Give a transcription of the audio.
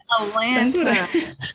Atlanta